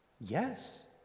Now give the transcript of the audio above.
Yes